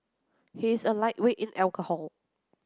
he is a lightweight in alcohol